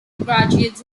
graduates